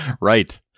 Right